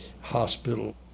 hospital